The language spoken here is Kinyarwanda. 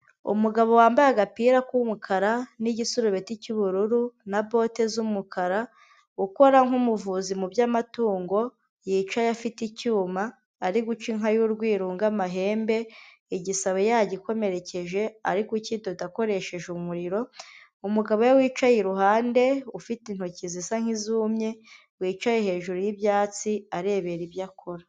Umugabo wambaye agapira k'umukara n'igisurubeti cy'ubururu na bote z'umukara ukora nk'umuvuzi mu by'amatungo, yicaye afite icyuma ari guca inka y'urwirungu amahembe, igisebe yagikomerekeje, ari kukidoda akoresheje umuriro, umugabo we wicaye iruhande ufite intoki zisa nk'izumye wicaye hejuru y'ibyatsi arebera ibyo akora.